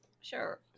Sure